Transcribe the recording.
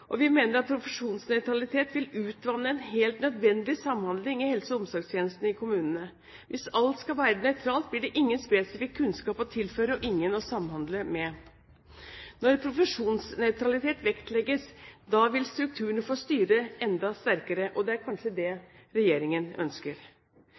helsetjenestene. Vi mener at profesjonsnøytralitet vil utvanne en helt nødvendig samhandling i helse- og omsorgstjenestene i kommunene. Hvis alt skal være nøytralt, blir det ingen spesifikk kunnskap å tilføre og ingen å samhandle med. Når profesjonsnøytralitet vektlegges, vil strukturene få styre enda sterkere. Det er kanskje det